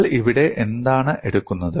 നിങ്ങൾ ഇവിടെ എന്താണ് എടുക്കുന്നത്